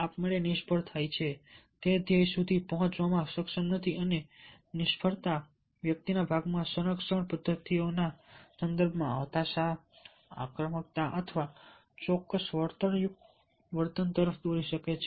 આપમેળે નિષ્ફળતા થાય છે તે ધ્યેય સુધી પહોંચવામાં સક્ષમ નથી અને નિષ્ફળતા વ્યક્તિના ભાગમાં સંરક્ષણ પદ્ધતિઓના સંદર્ભમાં હતાશા આક્રમકતા અથવા ચોક્કસ વળતરયુક્ત વર્તન તરફ દોરી શકે છે